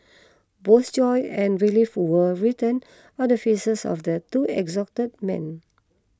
both joy and relief were written on the faces of the two exhausted men